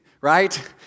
right